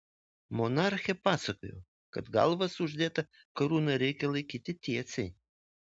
monarchė pasakojo kad galvą su uždėta karūna reikia laikyti tiesiai